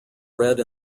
red